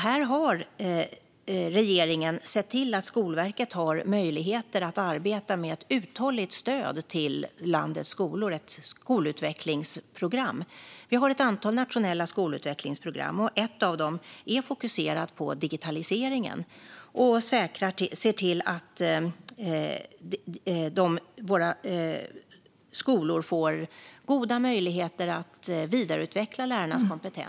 Här har regeringen sett till att Skolverket har möjligheter att arbeta med ett uthålligt stöd till landets skolor, ett skolutvecklingsprogram. Vi har ett antal nationella skolutvecklingsprogram. Ett av dem är fokuserat på digitaliseringen och ser till att våra skolor får goda möjligheter att vidareutveckla lärarnas kompetens.